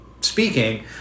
speaking